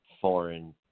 foreign